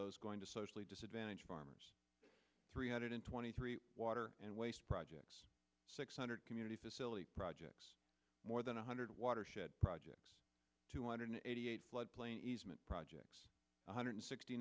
those going to socially disadvantaged farmers three hundred twenty three water and waste projects six hundred community facility projects more than one hundred watershed projects two hundred eighty eight floodplain easement projects one hundred sixty